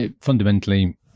fundamentally